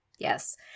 Yes